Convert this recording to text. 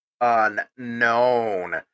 unknown